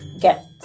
get